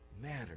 matter